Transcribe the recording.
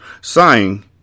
Sighing